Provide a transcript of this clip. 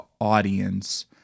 audience